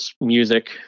music